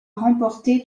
remporté